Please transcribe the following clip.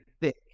thick